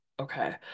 Okay